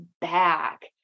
back